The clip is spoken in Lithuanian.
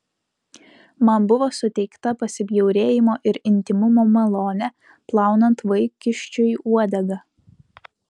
man buvo suteikta pasibjaurėjimo ir intymumo malonė plaunant vaikiščiui uodegą